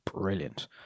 brilliant